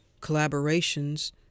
collaborations